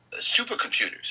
supercomputers